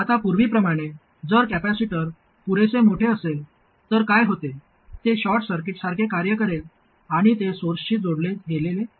आता पूर्वीप्रमाणे जर कॅपेसिटर पुरेसे मोठे असेल तर काय होते ते शॉर्ट सर्किटसारखे कार्य करेल आणि ते सोर्सशी जोडले गेलेले आहे